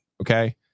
okay